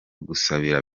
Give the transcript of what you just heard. gusabira